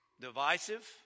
Divisive